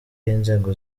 y’inzego